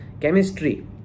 chemistry